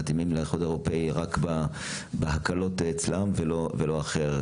מתאימים לאיחוד האירופי רק בהקלות אצלם ולא אחרת.